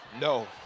no